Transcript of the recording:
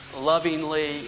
lovingly